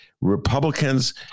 Republicans